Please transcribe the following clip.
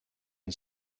and